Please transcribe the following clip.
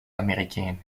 américaines